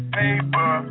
paper